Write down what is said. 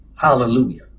hallelujah